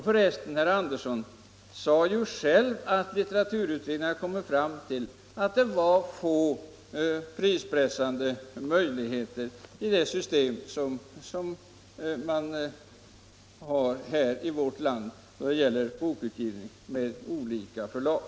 För resten sade herr Andersson i Lycksele själv att litteraturutredningen kommit fram till att det finns få prispressande möjligheter i det system som man har här i vårt land då det gäller bokutgivning med olika förlag.